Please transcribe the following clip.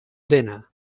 dinner